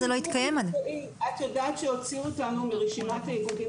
לא התקיים עד --- את ידעת שהוציאו אותנו מרשימת האיגודים